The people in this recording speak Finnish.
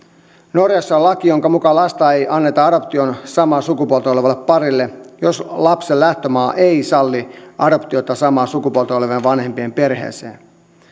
norjassa on laki jonka mukaan lasta ei anneta adoptioon samaa sukupuolta olevalle parille jos lapsen lähtömaa ei salli adoptioita samaa sukupuolta olevien vanhempien perheeseen